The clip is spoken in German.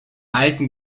alten